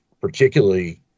particularly